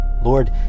Lord